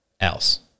else